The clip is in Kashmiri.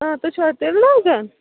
آ تُہۍ چھُوا تِلہٕ لاگان